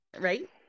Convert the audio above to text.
right